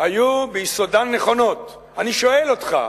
היו ביסודן נכונות, אני שואל אותך,